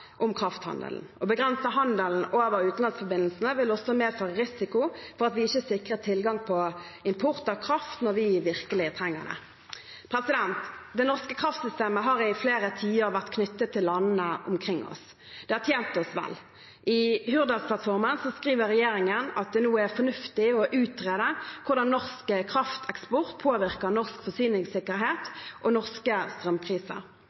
om krafthandelen. Å begrense handelen over utenlandsforbindelsene vil også medføre risiko for at vi ikke er sikret tilgang på import av kraft når vi virkelig trenger det. Det norske kraftsystemet har i flere tiår vært knyttet til landene omkring oss. Det har tjent oss vel. I Hurdalsplattformen skriver regjeringen at det nå er fornuftig å utrede hvordan norsk krafteksport påvirker norsk forsyningssikkerhet og norske strømpriser,